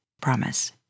Promise